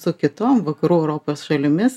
su kitom vakarų europos šalimis